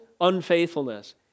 unfaithfulness